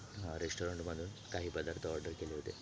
रेस्टोरंटमधून काही पदार्थ ऑर्डर केले होते